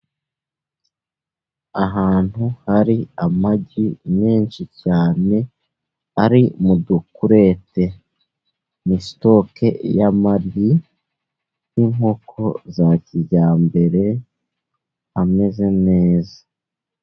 Ahantu hari amagi menshi cyane, ari mu dukurete. Ni sitoke y'amagi y'inkoko za kijyambere, ameze neza.